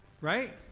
right